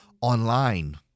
online